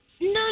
no